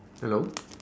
hello